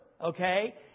okay